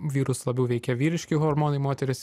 vyrus labiau veikia vyriški hormonai moteris